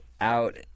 out